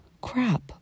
Crap